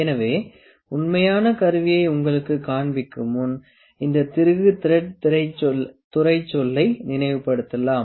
எனவே உண்மையான கருவியை உங்களுக்குக் காண்பிக்கும் முன் இந்த திருகு த்ரெட் துறைச்சொல்லை நினைவுபடுத்தலாம்